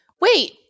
Wait